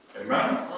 Amen